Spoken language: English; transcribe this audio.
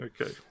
Okay